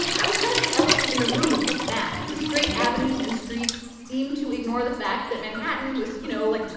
that was kind of the elephant in the room with this map. the straight avenues and streets seemed to ignore the fact that manhattan was, you know, like,